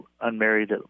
unmarried